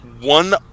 one